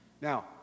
now